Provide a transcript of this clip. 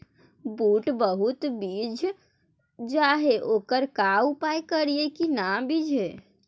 बुट बहुत बिजझ जा हे ओकर का उपाय करियै कि न बिजझे?